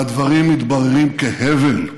והדברים מתבררים כהבל.